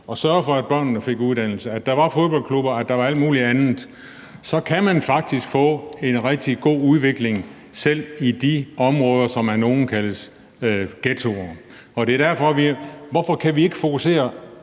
og sørge for, at børnene fik en uddannelse, at der var fodboldklubber, og at der var alt muligt andet, så kunne man faktisk få en rigtig god udvikling selv i de områder, som af nogle kaldes for ghettoer. Hvorfor kan vi ikke fokusere